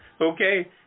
Okay